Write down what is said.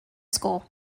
school